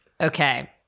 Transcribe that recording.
Okay